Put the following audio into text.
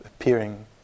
appearing